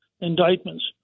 indictments